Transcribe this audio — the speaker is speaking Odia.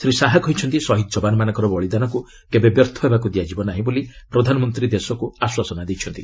ଶ୍ରୀ ଶାହା କହିଛନ୍ତି ଶହୀଦ ଯବାନମାନଙ୍କର ବଳିଦାନକୁ କେବେ ବ୍ୟର୍ଥ ହେବାକୁ ଦିଆଯିବ ନାହିଁ ବୋଲି ପ୍ରଧାନମନ୍ତ୍ରୀ ଦେଶକୁ ଆଶ୍ୱାସନା ଦେଇଛନ୍ତି